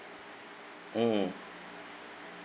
mm mm